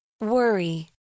Worry